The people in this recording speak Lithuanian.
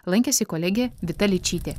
lankėsi kolegė vita ličytė